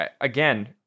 Again